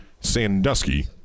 Sandusky